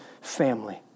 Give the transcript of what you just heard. family